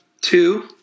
two